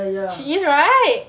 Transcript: she is right